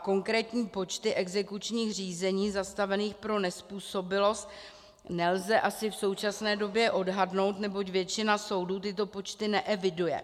Konkrétní počty exekučních řízení zastavených pro nezpůsobilost nelze asi v současné době odhadnout, neboť většina soudů tyto počty neeviduje.